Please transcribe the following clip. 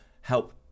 help